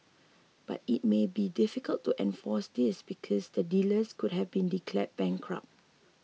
but it may be difficult to enforce this because the dealer could have been declared bankrupt